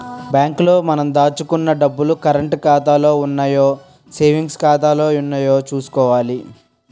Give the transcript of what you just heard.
bank లో మనం దాచుకున్న డబ్బులు కరంటు ఖాతాలో ఉన్నాయో సేవింగ్స్ ఖాతాలో ఉన్నాయో చూసుకోవాలి